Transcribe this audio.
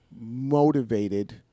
motivated